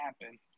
happen